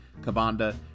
Kabanda